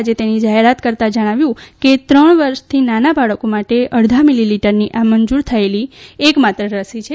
આજે તેની જાહેરાત કરતાં જણાવ્યું કે ત્રણ વર્ષતી નાનાં બાળકો માટે અડધા મીલીલીટરની આ મંજુર થયેલી એક માત્ર રસી છે